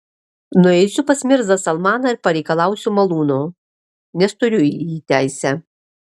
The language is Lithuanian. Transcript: nueisiu pas mirzą salmaną ir pareikalausiu malūno nes turiu į jį teisę